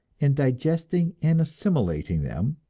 and digesting and assimilating them,